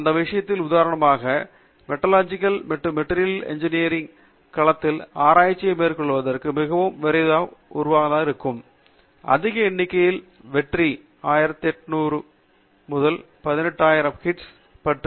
இந்த விஷயத்தில் உதாரணமாக மெட்டலர்ஜிகல் மற்றும் மெட்டீரியல்ஸ் இன்ஜினியரிங் களத்தில் ஆராய்ச்சியை மேற்கொள்வதற்கு மிகவும் விரைவாக உருகுவதை அல்லது விரைவான திணிப்பு உருகுவதை உருகவைக்கிறீர்கள் அதிக எண்ணிக்கையிலான வெற்றி 18000 ஹிட்ஸ் பற்றி